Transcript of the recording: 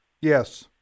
Yes